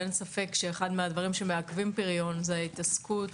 אין ספק שאחד מהדברים שמעכבים פריון זו ההתעסקות